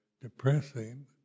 depressing